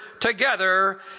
together